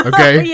Okay